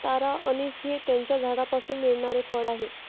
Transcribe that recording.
तारा अंनिस हे त्याच्या झाडापासून मिळणारे फळ आहे